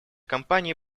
кампании